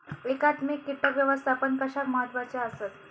एकात्मिक कीटक व्यवस्थापन कशाक महत्वाचे आसत?